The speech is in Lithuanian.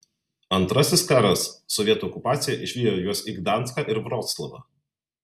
antrasis karas sovietų okupacija išvijo juos į gdanską ir vroclavą